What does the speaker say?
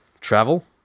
travel